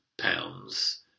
pounds